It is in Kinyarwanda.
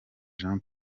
jean